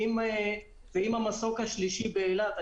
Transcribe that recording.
עם המסוק השלישי באילת,